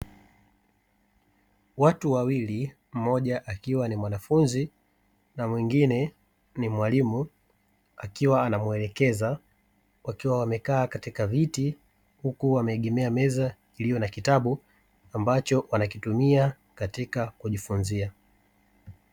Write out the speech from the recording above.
Watu wawili mmoja akiwa ni mwanafunzi na mwingine ni mwalimu, akiwa anamuelekeza wakiwa wamekaa katika miti huku wameegemea meza iliyo na kitabu, ambacho wanakitumia katika kujifunzia.